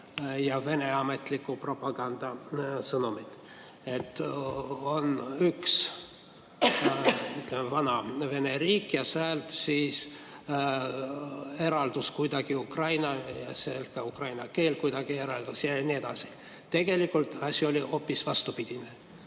ja Vene ametliku propaganda sõnumit, et on üks vana Vene riik ja säält siis eraldus kuidagi Ukraina ja ka ukraina keel kuidagi eraldus ja nii edasi. Tegelikult oli asi hoopis vastupidi.